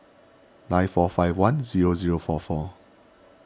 nine four five one zero zero four four